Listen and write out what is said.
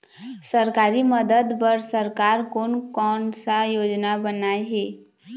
सरकारी मदद बर सरकार कोन कौन सा योजना बनाए हे?